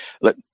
Let